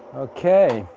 okay.